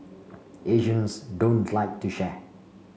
Asians don't like to share